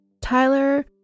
Tyler